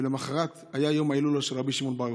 ולמוחרת היה יום ההילולה של רבי שמעון בר יוחאי.